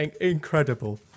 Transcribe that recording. Incredible